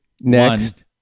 next